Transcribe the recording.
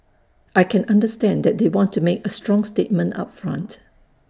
I can understand that they want to make A strong statement up front